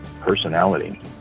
personality